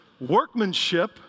Workmanship